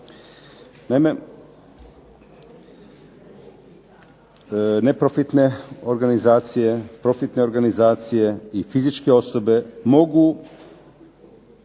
Naime, neprofitne organizacije, profitne organizacije i fizičke osobe mogu